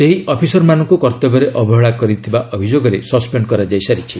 ସେହି ଅଫିସରମାନଙ୍କୁ କର୍ତ୍ତବ୍ୟରେ ଅବହେଳା ଅଭିଯୋଗରେ ସସ୍ପେଣ୍ଡ କରାଯାଇ ସାରିଛି